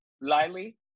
Lily